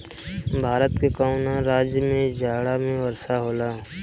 भारत के कवना राज्य में जाड़ा में वर्षा होला?